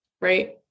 Right